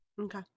Okay